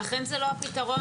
לכן זה לא הפתרון.